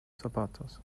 zapatos